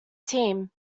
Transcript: team